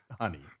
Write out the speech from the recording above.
honey